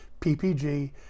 PPG